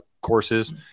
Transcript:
courses